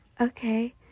okay